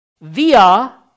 via